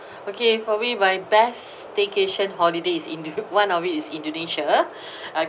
okay for me my best staycation holiday is in one of it is indonesia